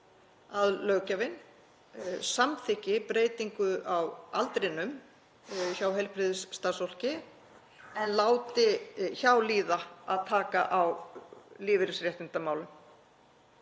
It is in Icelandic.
að löggjafinn samþykki breytingu á aldrinum hjá heilbrigðisstarfsfólki en láti hjá líða að taka á lífeyrisréttindamálum.